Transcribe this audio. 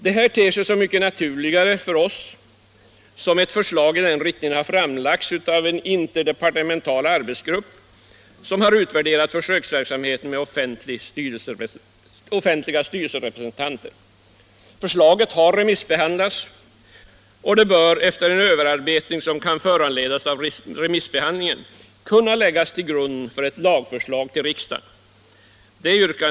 Detta ter sig så mycket naturligare för oss som ett förslag i den riktningen framlagts av en interdepartemental arbetsgrupp, som har utvärderat försöksverksamheten med offentliga styrelserepresentanter. Förslaget har remissbehandlats, och det bör, efter den överarbetning som kan föranledas av remissbehandlingen, kunna läggas till grund för ett lagförslag till riksdagen.